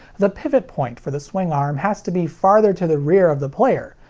the pivot point for the swing arm has to be farther to the rear of the player,